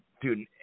Dude